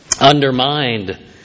undermined